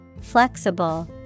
Flexible